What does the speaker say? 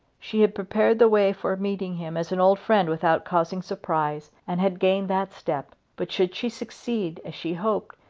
she had prepared the way for meeting him as an old friend without causing surprise, and had gained that step. but should she succeed, as she hoped,